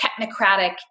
technocratic